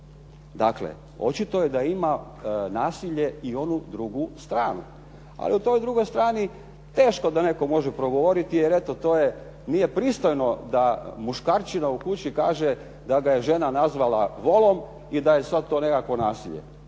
Dakle, očito je da ima nasilje i onu drugu stranu. Ali u toj drugoj strani teško da netko može progovoriti, jer eto to je, nije pristojno da muškarčina u kući kaže da ga je žena nazvala volom i da je sad to nekakvo nasilje.